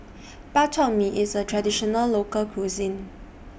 Bak Chor Mee IS A Traditional Local Cuisine